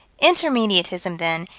intermediatism, then,